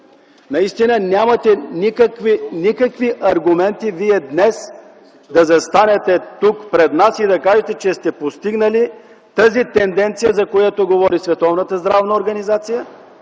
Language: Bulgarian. Наистина, нямате никакви аргументи Вие днес да застанете тук пред нас и да кажете, че сте постигнали тази тенденция, за която говори